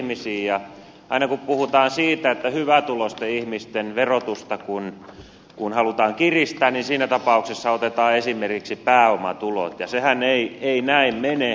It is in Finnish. aina kun puhutaan siitä että hyvätuloisten ihmisten verotusta halutaan kiristää niin siinä tapauksessa otetaan esimerkiksi pääomatulot ja sehän ei näin mene